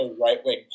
right-wing